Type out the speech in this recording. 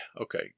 okay